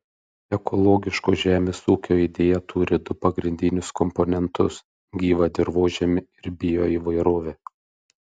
ekologiško žemės ūkio idėja turi du pagrindinius komponentus gyvą dirvožemį ir bioįvairovę